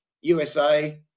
USA